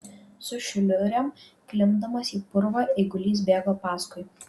su šliurėm klimpdamas į purvą eigulys bėgo paskui